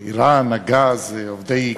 איראן, הגז, עובדי קבלן.